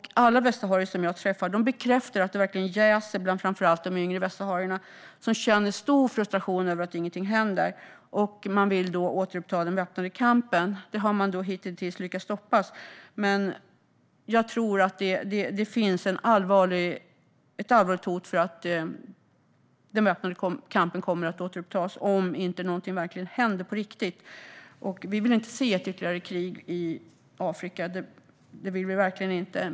Alla västsaharier som jag träffar bekräftar att det jäser bland framför allt de yngre västsaharierna, som känner en stor frustration över att inget händer och därför vill återuppta den väpnade kampen. Det har man hittills lyckats stoppa, men jag tror att det finns en allvarlig risk att den väpnade kampen kommer att återupptas om inte någonting händer på riktigt. Vi vill inte se ytterligare ett krig i Afrika; det vill vi verkligen inte.